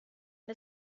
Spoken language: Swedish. det